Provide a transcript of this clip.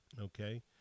okay